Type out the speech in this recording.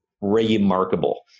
remarkable